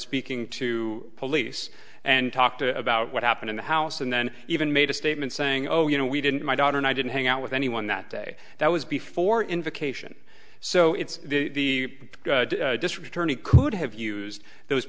speaking to police and talked about what happened in the house and then even made a statement saying oh you know we didn't my daughter and i didn't hang out with anyone that day that was before invocation so it's the district attorney could have used those